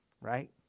right